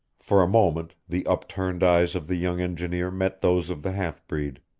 for a moment the upturned eyes of the young engineer met those of the half-breed.